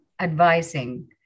advising